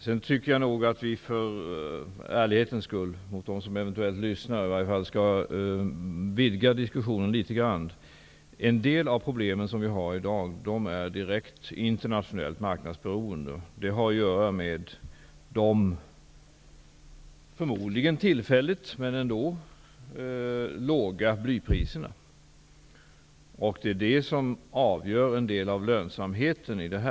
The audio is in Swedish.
Jag tycker att vi för ärlighetens skull, mot dem som eventuellt lyssnar, i varje fall skall vidga diskussionen litet grand. En del av de problem som vi har i dag är direkt internationellt marknadsberoende. Det har att göra med de, förmodligen tillfälligt, men ändå, låga blypriserna. Det är det som avgör en del av lönsamheten i detta.